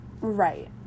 Right